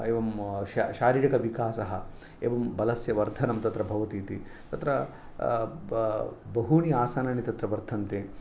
एवं शारीरिकविकासः एवं बलस्य वर्धनं तत्र भवति इति तत्र बहूनि आसनानि तत्र वर्तन्ते